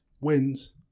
wins